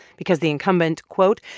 because the incumbent, quote,